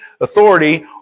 authority